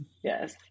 yes